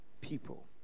people